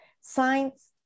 science